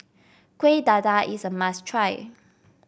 Kuih Dadar is a must try